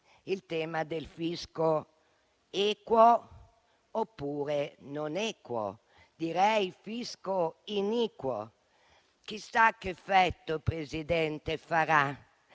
il tema del fisco, equo oppure non equo, direi il fisco iniquo; chissà che effetto farà